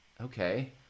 okay